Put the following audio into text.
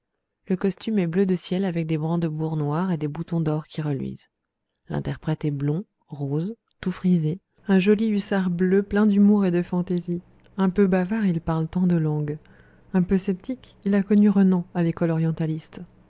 le costume est bleu de ciel avec des brandebourgs noirs et des boutons d'or qui reluisent l'interprète est blond rose tout frisé un joli hussard bleu plein d'humour et de fantaisie un peu bavard il parle tant de langues un peu sceptique il a connu renan à l'école orientaliste